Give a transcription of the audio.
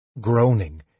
Groaning